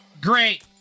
great